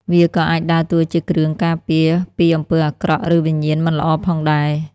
វាក៏អាចដើរតួជាគ្រឿងការពារពីអំពើអាក្រក់ ឬវិញ្ញាណមិនល្អផងដែរ។